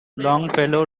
longfellow